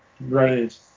Right